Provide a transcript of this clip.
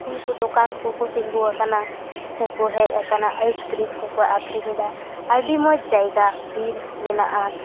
ᱩᱱᱠᱩ ᱫᱚᱠᱟᱱ ᱠᱚ ᱠᱚ ᱛᱤᱜᱩ ᱟᱠᱟᱱᱟ ᱥᱮ ᱠᱚ ᱦᱮᱡ ᱟᱠᱟᱱᱟ ᱟᱭᱤᱥᱠᱨᱤᱢ ᱠᱚᱠᱚ ᱟᱠᱷᱨᱤᱧ ᱮᱫᱟ ᱟᱹᱰᱤ ᱢᱚᱡᱽ ᱡᱟᱭᱜᱟ ᱵᱤᱨ ᱢᱮᱱᱟᱜᱼᱟ